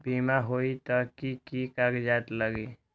बिमा होई त कि की कागज़ात लगी?